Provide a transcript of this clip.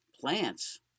plants